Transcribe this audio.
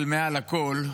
אבל מעל הכול,